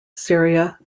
syria